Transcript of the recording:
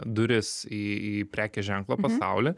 duris į prekės ženklo pasaulį